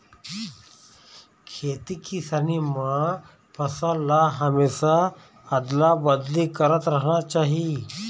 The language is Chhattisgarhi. खेती किसानी म फसल ल हमेशा अदला बदली करत रहना चाही